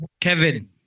Kevin